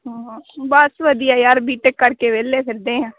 ਬਸ ਵਧੀਆ ਯਾਰ ਬੀਟੈਕ ਕਰਕੇ ਵਿਹਲੇ ਫਿਰਦੇ ਹਾਂ